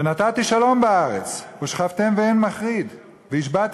ונתתי שלום בארץ ושכבתם ואין מחריד והשבַּתי